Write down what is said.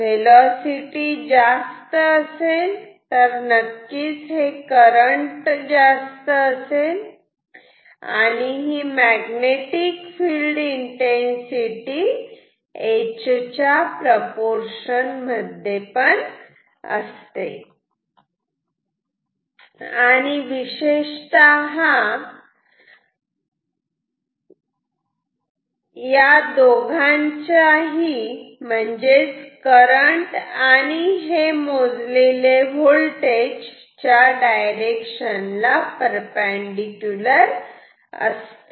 velocity जास्त असेल तर नक्कीच करंट ही जास्त असेल आणि हे मॅग्नेटिक फिल्ड इन्टेन्सिटी H च्या प्रपोर्शन मध्ये असते आणि विशेषतः ते या दोघांचाही म्हणजेच करंट आणि हे मोजलेल्या होल्टेज च्या डायरेक्शन ला परपेंडिकुलर असते